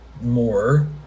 more